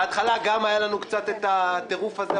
בהתחלה גם היה לנו קצת את הטירוף הזה,